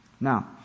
Now